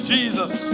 Jesus